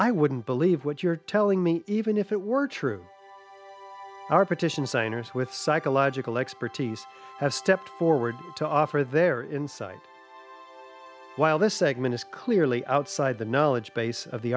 i wouldn't believe what you're telling me even if it were true our petition is saying hers with psychological expertise have stepped forward to offer their insight while this segment is clearly outside the knowledge base of the